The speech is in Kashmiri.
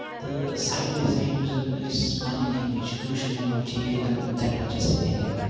تہٕ سایِڈ باے سایِڈ یُس زَن أسۍ پَںٕنۍ لینگویج چھِ کٲشِر لینگویج چھِ یہِ گٔے تَنہٕ تَمہِ وجہہ سۭتۍ نیگلیکٹ